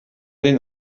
den